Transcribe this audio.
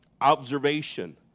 observation